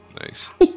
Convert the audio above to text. Nice